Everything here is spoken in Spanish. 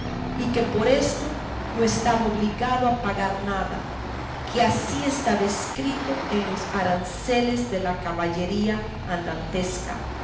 y que por esto no estaba obligado a pagar nada que así estaba escrito en los aranceles de la caballería